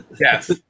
Yes